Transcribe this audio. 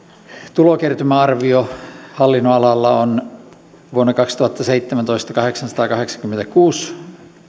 tulokertymäarvio hallinnonalalla vuonna kaksituhattaseitsemäntoista on kahdeksansataakahdeksankymmentäkuusi